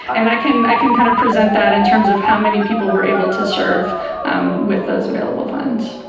and i can i can kind of present that in terms of how many people we're able to serve with those available funds.